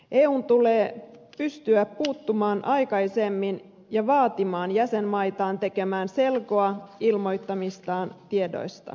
eun tulee pystyä puuttumaan asioihin aikaisemmin ja vaatimaan jäsenmaitaan tekemään selkoa ilmoittamistaan tiedoista